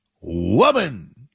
woman